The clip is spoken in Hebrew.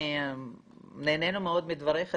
נהנינו מאוד מדבריך,